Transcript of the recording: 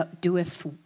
doeth